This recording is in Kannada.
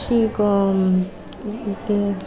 ಶ್ರೀ ಗೊ ದೇವ